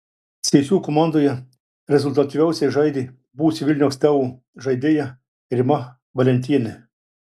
cėsių komandoje rezultatyviausiai žaidė buvusi vilniaus teo žaidėja rima valentienė